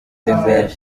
remera